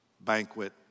banquet